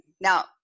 Now